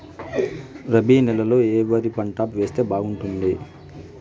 రబి నెలలో ఏ వరి పంట వేస్తే బాగుంటుంది